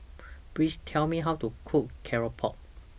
Please Tell Me How to Cook Keropok